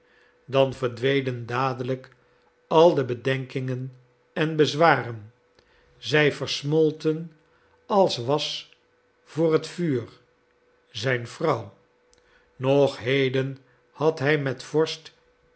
dan verdwenen dadelijk al de bedenkingen en bezwaren zij versmolten als was voor het vuur zijn vrouw nog heden had hij met vorst